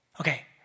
Okay